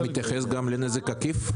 הוא מתייחס גם לנזק עקיף?